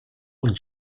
und